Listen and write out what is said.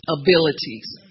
abilities